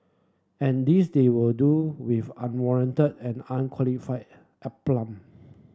and this they will do with unwarranted and unqualified aplomb